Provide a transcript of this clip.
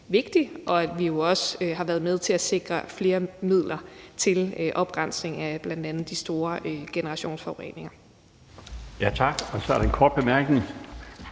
vigtig, og vi har jo ogsåværet med til at sikre flere midler til oprensning af bl.a. de store generationsforureninger. Kl. 16:19 Den fg. formand